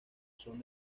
son